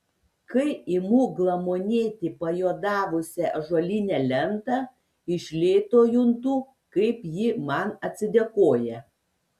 kai imu glamonėti pajuodavusią ąžuolinę lentą iš lėto juntu kaip ji man atsidėkoja